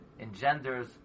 engenders